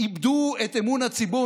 איבדו את אמון הציבור,